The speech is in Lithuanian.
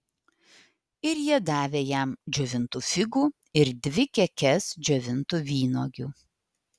ir jie davė jam džiovintų figų ir dvi kekes džiovintų vynuogių